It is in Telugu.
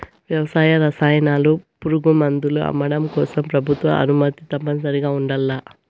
వ్యవసాయ రసాయనాలు, పురుగుమందులు అమ్మడం కోసం ప్రభుత్వ అనుమతి తప్పనిసరిగా ఉండల్ల